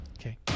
Okay